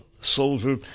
soldier